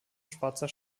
schwarzer